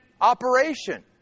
operation